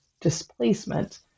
displacement